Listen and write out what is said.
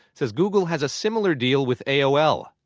says google has a similar deal with aol.